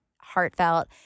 heartfelt